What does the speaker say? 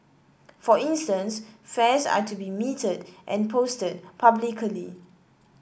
for instance fares are to be metered and posted publicly